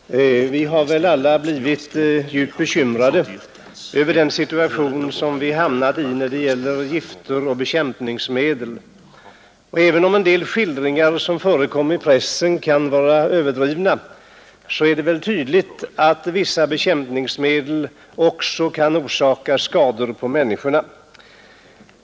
Herr talman! Vi har väl alla blivit djupt bekymrade över den situation som vi hamnat i när det gäller gifter och bekämpningsmedel. Och även om en del skildringar som förekommer i pressen kan vara överdrivna är det tydligt att vissa bekämpningsmedel också kan orsaka skador på människor.